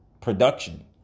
production